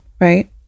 right